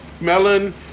melon